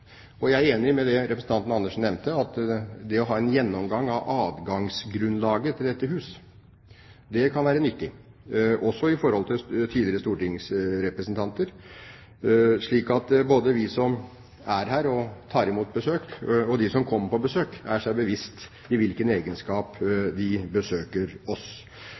det kan være nyttig å ha en gjennomgang av adgangsgrunnlaget til dette hus, også når det gjelder tidligere stortingsrepresentanter, slik at både vi som er her og tar imot besøk, og de som kommer på besøk, er seg bevisst i hvilken egenskap de besøker oss.